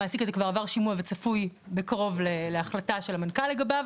המעסיק הזה כבר עבר שימוע וצפוי בקרוב להחלטה של המנכ"ל לגביו.